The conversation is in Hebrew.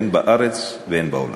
הן בארץ והן בעולם.